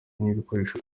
n’ibikoresho